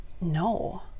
no